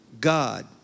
God